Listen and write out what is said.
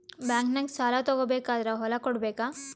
ಬ್ಯಾಂಕ್ನಾಗ ಸಾಲ ತಗೋ ಬೇಕಾದ್ರ್ ಹೊಲ ಕೊಡಬೇಕಾ?